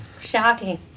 Shocking